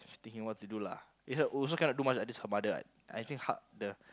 she thinking what to do lah it h~ also cannot do much what that's her mother what I think hard the